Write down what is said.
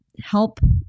help